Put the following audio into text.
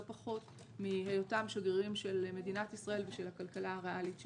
פחות מהיותם שגרירים של מדינת ישראל ושל הכלכלה הריאלית שלהם.